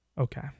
Okay